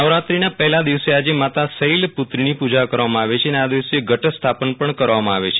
નવરાત્રીના પહેલા દિવસે આજે માતા શૈલપુત્રીની પૂજા કરવામાં આવે છે અને આ દિવસે ઘટ સ્થાપન પણ કરવામાં આવે છે